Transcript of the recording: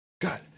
god